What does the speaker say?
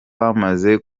bamaze